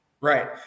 Right